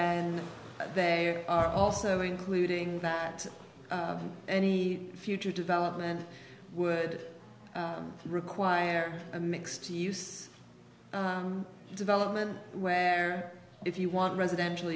and they are also including that any future development would require a mixed use development where if you want residential